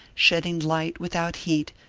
shedding light without heat,